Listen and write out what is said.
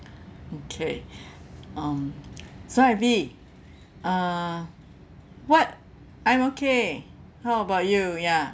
okay um so ivy uh what I'm okay how about you ya